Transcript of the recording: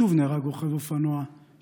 שוב נהרג רוכב אופנוע,